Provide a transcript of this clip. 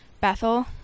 Bethel